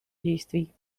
действий